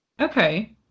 Okay